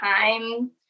time